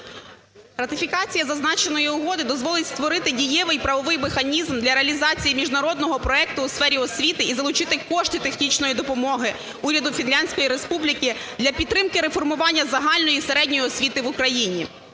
Ратифікація зазначеної угоди дозволить створити дієвий і правовий механізм для реалізації міжнародного проекту у сфері освіти і залучити кошти технічної допомоги Уряду Фінляндської Республіки для підтримки і реформування загальної і середньої освіти в Україні.